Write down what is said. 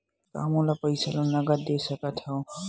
का मोला पईसा ला नगद दे सकत हव?